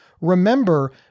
remember